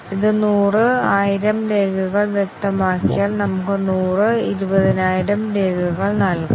ഇത് നൂറ് ആയിരം രേഖകൾ വ്യക്തമാക്കിയാൽ നമുക്ക് നൂറ് ഇരുപതിനായിരം രേഖകൾ നൽകാം